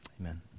amen